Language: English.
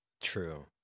True